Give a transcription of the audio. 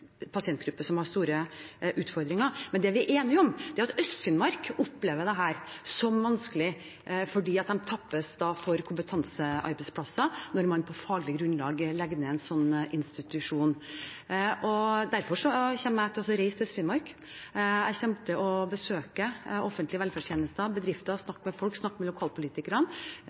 som har store utfordringer. Det vi er enige om, er at Øst-Finnmark opplever dette som vanskelig fordi de tappes for kompetansearbeidsplasser når man på faglig grunnlag legger ned en sånn institusjon. Derfor kommer jeg til å reise til Øst-Finnmark. Jeg kommer til å besøke offentlige velferdstjenester og bedrifter og snakke med folk og med